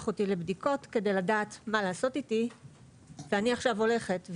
אותי לבדיקות כדי לדעת מה לעשות איתי ואני עכשיו הולכת,